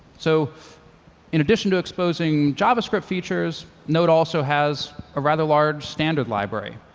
so in addition to exposing javascript features, node also has a rather large standard library.